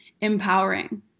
empowering